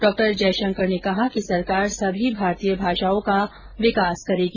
डॉ जयशंकर ने कहा कि सरकार सभी भारतीय भाषाओं का विकास करेगी